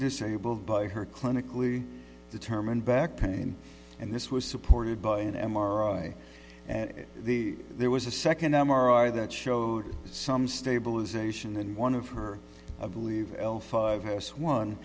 disabled by her clinically determined back pain and this was supported by an m r i at it there was a second m r i that showed some stabilization and one of her i believe l five has one